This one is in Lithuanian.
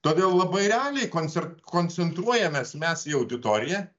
todėl labai realiai konser koncentruojamės mes į auditoriją